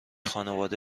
خانواده